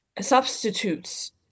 substitutes